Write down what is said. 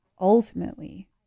ultimately